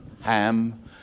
ham